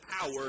power